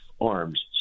arms